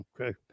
Okay